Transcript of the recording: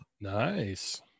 nice